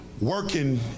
working